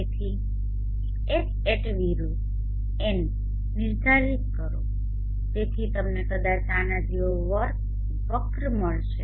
તેથી Hat વિરુદ્ધ Nદિવસની સંખ્યા નિર્ધારિત કરો જેથી તમને કદાચ આના જેવો વક્ર મળશે